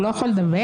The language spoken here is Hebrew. הוא לא יכול לדבר,